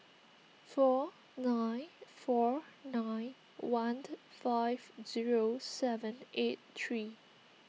four nine four nine one five zero seven eight three